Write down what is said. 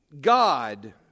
God